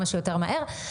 כמה שיותר מהר.